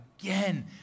Again